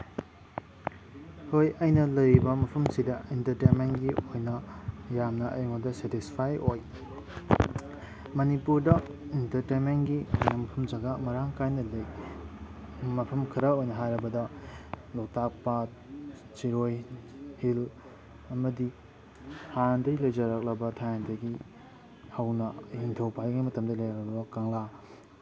ꯍꯣꯏ ꯑꯩꯅ ꯂꯩꯔꯤꯕ ꯃꯐꯝꯁꯤꯗ ꯏꯟꯇꯔꯇꯦꯟꯃꯦꯟꯒꯤ ꯑꯣꯏꯅ ꯌꯥꯝꯅ ꯑꯩꯉꯣꯟꯗ ꯁꯦꯇꯤꯁꯐꯥꯏ ꯑꯣꯏ ꯃꯅꯤꯄꯨꯔꯗ ꯏꯟꯇꯔꯇꯦꯟꯃꯦꯟꯒꯤ ꯃꯐꯝ ꯖꯒꯥ ꯃꯔꯥꯡ ꯀꯥꯏꯅ ꯂꯩ ꯃꯐꯝ ꯈꯔ ꯑꯣꯏꯅ ꯍꯥꯏꯔꯕꯗ ꯂꯣꯛꯇꯥꯛ ꯄꯥꯠ ꯁꯤꯔꯣꯏ ꯍꯤꯜ ꯑꯃꯗꯤ ꯍꯥꯟꯅꯗꯒꯤ ꯂꯩꯖꯔꯛꯂꯕ ꯊꯥꯏꯅꯗꯒꯤ ꯍꯧꯅ ꯅꯤꯡꯊꯧ ꯄꯥꯜꯂꯤꯉꯩ ꯃꯇꯝꯗꯒꯤ ꯂꯩꯔꯛꯂꯕ ꯀꯪꯂꯥ